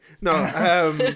no